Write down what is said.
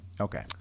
Okay